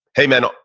hey man,